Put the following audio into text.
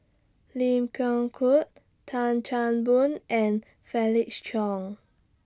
Lim Geok Tan Chan Boon and Felix Cheong